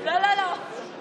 לא, לא, לא.